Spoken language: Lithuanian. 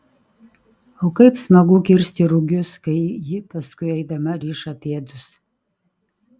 o kaip smagu kirsti rugius kai ji paskui eidama riša pėdus